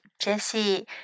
Jesse